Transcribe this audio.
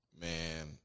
Man